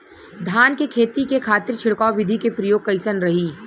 धान के खेती के खातीर छिड़काव विधी के प्रयोग कइसन रही?